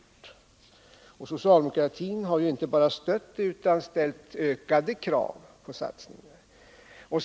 Socialdemokraterna har inte bara stött detta utan också ställt ökade krav på satsningar.